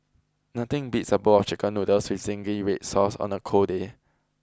nothing beats a bowl of chicken noodles with zingy red Sauce on a cold day